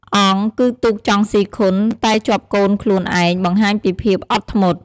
អង់ គឺទូកចង់ស៊ីខុនតែជាប់កូនខ្លួនឯង បង្ហាញពីភាពអត់ធ្មត់។